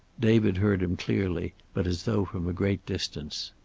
david heard him clearly, but as though from a great distance.